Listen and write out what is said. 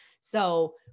So-